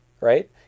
right